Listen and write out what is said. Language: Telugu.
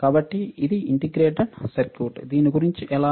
కాబట్టి ఇది ఇంటిగ్రేటెడ్ సర్క్యూట్ దీని గురించి ఎలా